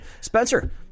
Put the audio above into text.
spencer